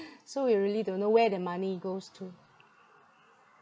so we really don't know where the money goes to